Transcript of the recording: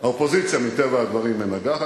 האופוזיציה מטבע הדברים מנגחת,